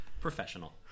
Professional